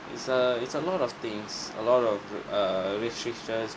it's a it's a lot of things a lot of re~ err restrictions